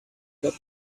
got